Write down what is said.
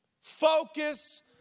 focus